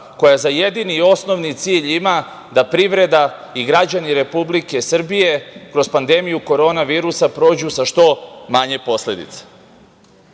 koja za jedini i osnovni cilj ima da privreda i građani Republike Srbije, kroz pandemiju korona virusa prođu sa što manje posledica. Tu